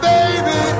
Baby